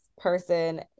person